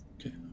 okay